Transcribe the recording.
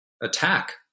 attack